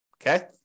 Okay